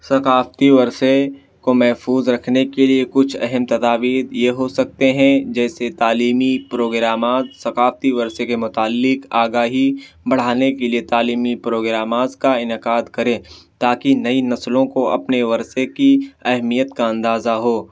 ثقافتی ورثے کو محفوظ رکھنے کے لیے کچھ اہم تدابیر یہ ہو سکتے ہیں جیسے تعلیمی پروگرامات ثقافتی ورثے کے متعلق آگاہی بڑھانے کے لیے تعلیمی پروگرامس کا انعقاد کریں تا کہ نئی نسلوں کو اپنے ورثے کی اہمیت کا اندازہ ہو